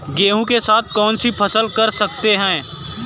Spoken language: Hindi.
गेहूँ के साथ कौनसी फसल कर सकते हैं?